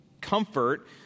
comfort